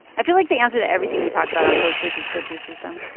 i feel like the answer to everything we talk about on code switch is flip this system